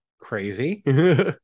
crazy